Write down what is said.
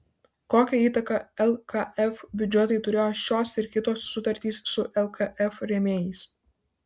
kokią įtaką lkf biudžetui turėjo šios ir kitos sutartys su lkf rėmėjais